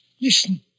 Listen